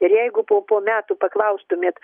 ir jeigu po po metų paklaustumėt